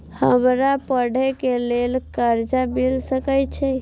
हमरा पढ़े के लेल कर्जा मिल सके छे?